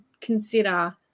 consider